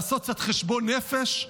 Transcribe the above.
לעשות קצת חשבון נפש?